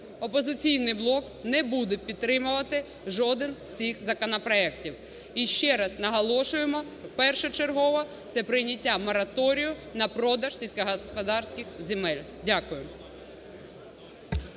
"Опозиційний блок" не буде підтримувати жоден з цих законопроектів. І ще раз наголошуємо, першочергово - це прийняття мораторію на продаж сільськогосподарських земель. Дякую.